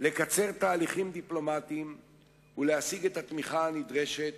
לקצר תהליכים דיפלומטיים ולהשיג את התמיכה הנדרשת